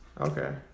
Okay